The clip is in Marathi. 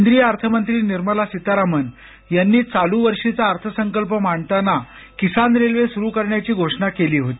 केंद्रीय अर्थमंत्री निर्मला सीतारामन यांनी चालू वर्षीचा अर्थसंकल्प मांडताना किसान रेल्वे सुरु करण्याची घोषणा केली होती